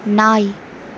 நாய்